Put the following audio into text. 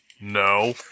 No